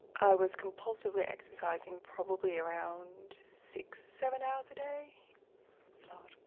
i was compulsively exercising probably around six, seven hours a day. a lot.